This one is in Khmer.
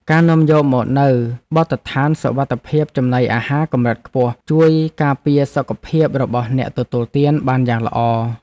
ការនាំយកមកនូវបទដ្ឋានសុវត្ថិភាពចំណីអាហារកម្រិតខ្ពស់ជួយការពារសុខភាពរបស់អ្នកទទួលទានបានយ៉ាងល្អ។